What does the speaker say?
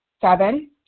Seven